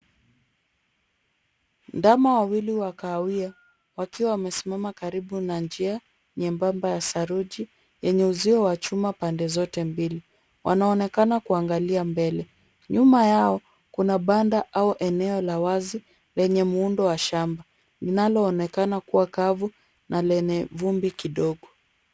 Ndama wawili wa kahawia wakiwa wamesimama karibu na njia nyembamba ya saruji yenye uzio wa chuma pande zote mbili. Wanaonekana kuangalia mbele. Nyuma yao, kuna banda au eneo la wazi lenye muundo wa shamba linaloonekana kuwa kavu na lenye vumbi kidogo.